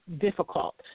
difficult